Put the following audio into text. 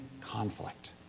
conflict